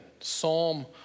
Psalm